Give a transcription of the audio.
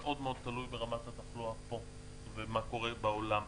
זה מאוד מאוד תלוי ברמת התחלואה פה ובמה שקורה בעולם.